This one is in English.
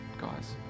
guys